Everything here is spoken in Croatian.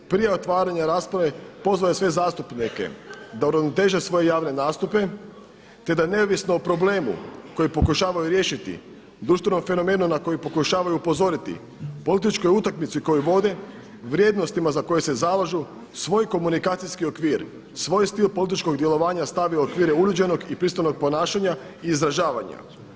Prije otvaranja rasprave pozvao je sve zastupnike da uravnoteže svoje javne nastupe, te da neovisno o problemu koji pokušavaju riješiti društvenom fenomenu na koji pokušavaju upozoriti, političkoj utakmici koju vode, vrijednostima za koje se zalažu, svoj komunikacijski okvir, svoj stil političkog djelovanja stavi u okvire uljuđenog i pristojnog ponašanja i izražavanja.